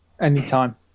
Anytime